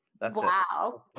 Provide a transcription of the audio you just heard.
Wow